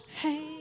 hey